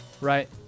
Right